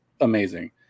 amazing